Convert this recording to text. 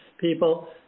people